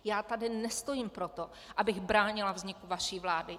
Já tady nestojím proto, abych bránila vzniku vaší vlády.